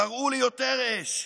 קראו ליותר אש,